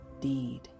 deed